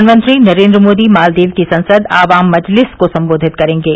प्रधानमंत्री नरेंद्र मोदी मालदीव की संसद आवाम मजलिस को संबोधित करेंगे